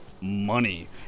money